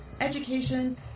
education